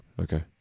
Okay